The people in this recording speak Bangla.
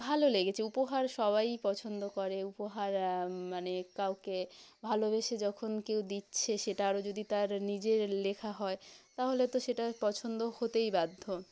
ভালো লেগেছে উপহার সবাই পছন্দ করে উপহার মানে কাউকে ভালোবেসে যখন কেউ দিচ্ছে সেটা আরও যদি তার নিজের লেখা হয় তাহলে তো সেটা পছন্দ হতেই বাধ্য